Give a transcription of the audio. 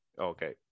okay